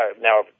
now